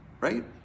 right